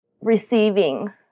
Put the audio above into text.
receiving